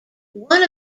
one